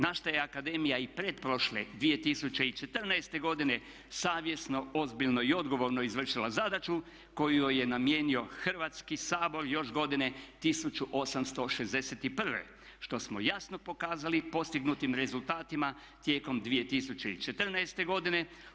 Naša je akademija i pretprošle 2014. godine savjesno, ozbiljno i odgovorno izvršila zadaću koju joj je namijenio Hrvatski sabor još godine 1861. što smo jasno pokazali postignutim rezultatima tijekom 2014. godine.